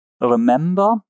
remember